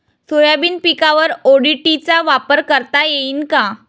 Soybean पिकावर ODT चा वापर करता येईन का?